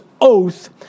oath